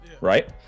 right